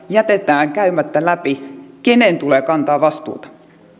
jätetään käymättä läpi kenen tulee kantaa vastuuta